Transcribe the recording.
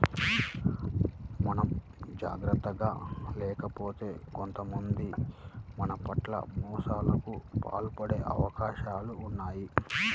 మనం జాగర్తగా లేకపోతే కొంతమంది మన పట్ల మోసాలకు పాల్పడే అవకాశాలు ఉన్నయ్